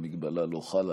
המגבלה לא חלה.